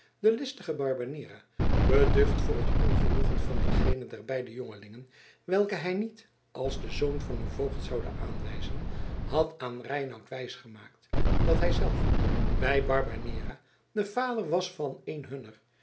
de listige barbanera beducht voor het ongenoegen van diegene der beide jongelingen welken hij niet als den zoon van uw voogd zoude aanwijzen had aan reinout wijsgemaakt dat hij zelf hij barbanera de vader was van een hunner